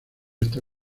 está